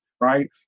right